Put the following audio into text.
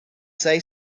say